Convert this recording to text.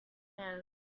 hell